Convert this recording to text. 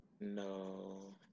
No